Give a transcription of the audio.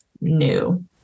new